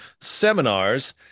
seminars